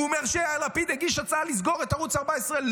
הוא אומר שיאיר לפיד הגיש הצעה לסגור את ערוץ 14,